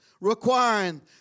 requiring